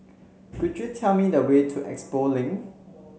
could you tell me the way to Expo Link